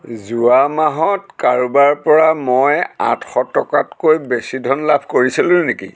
যোৱা মাহত কাৰোবাৰপৰা মই আঠশ টকাতকৈ বেছি ধন লাভ কৰিছিলোঁ নেকি